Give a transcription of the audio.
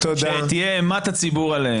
שתהיה אימת הציבור עליהם.